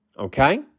okay